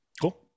Cool